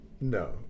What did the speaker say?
no